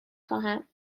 خواهم